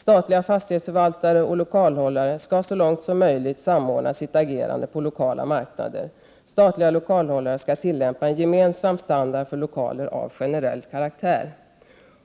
Statliga fastighetsförvaltare och lokalhållare skall så långt som möjligt samordna sitt agerande på lokala marknader. Statliga lokalhållare skall tillämpa en gemensam standard för lokaler av generell karaktär.